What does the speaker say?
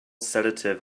sedative